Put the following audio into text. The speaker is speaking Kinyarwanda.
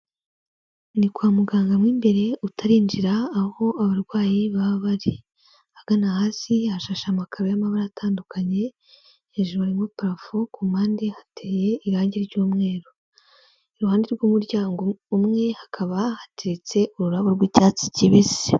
Ni kwa muganga mo imbere utarinjira aho abarwayi baba bari, ahagana hasi hashashe amakaro y'amabara atandukanye, hejuru harimo parafo, ku mpande hateye irange ry'umweru, iruhande rw'umuryango umwe, hakaba hateretse ururabo rw'icyatsi kibisi.